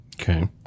Okay